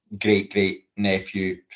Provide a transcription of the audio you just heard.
great-great-nephew